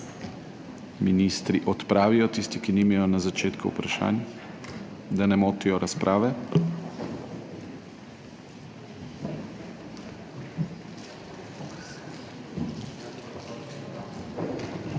ministri odpravijo, tisti, ki nimajo na začetku vprašanj, da ne motijo razprave.